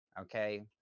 Okay